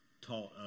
taught